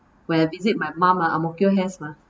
when I visit my mum lah ang mo kio has mah